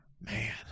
Man